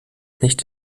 nicht